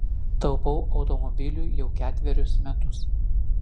taupau automobiliui jau ketverius metus